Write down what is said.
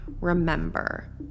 Remember